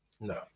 no